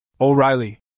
O'Reilly